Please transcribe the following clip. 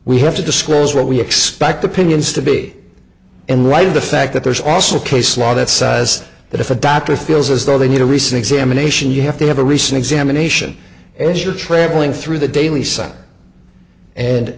we have to disclose what we expect opinions to be and right the fact that there's also a case law that says that if a doctor feels as though they need a recent examination you have to have a recent examination as you're travelling through the daily sun and